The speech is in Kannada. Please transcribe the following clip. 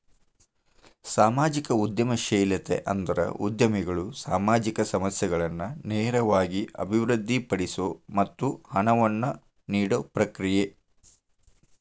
ಸಾಮಾಜಿಕ ಉದ್ಯಮಶೇಲತೆ ಅಂದ್ರ ಉದ್ಯಮಿಗಳು ಸಾಮಾಜಿಕ ಸಮಸ್ಯೆಗಳನ್ನ ನೇರವಾಗಿ ಅಭಿವೃದ್ಧಿಪಡಿಸೊ ಮತ್ತ ಹಣವನ್ನ ನೇಡೊ ಪ್ರಕ್ರಿಯೆ